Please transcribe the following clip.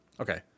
Okay